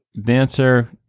dancer